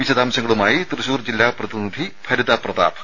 വിശദാംശങ്ങളുമായി തൃശൂർ ജില്ലാ പ്രതിനിധി ഭരിത പ്രതാപ്